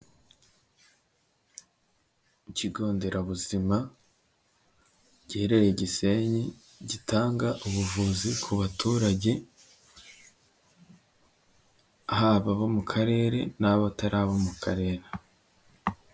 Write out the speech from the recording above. Ikigo nderabuzima giherereye i Gisenyi gitanga ubuvuzi ku baturage haba bo mu karere n' abatarari abo mu karere.